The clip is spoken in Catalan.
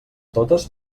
totes